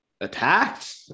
attacked